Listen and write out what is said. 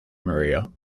maria